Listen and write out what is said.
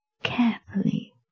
Carefully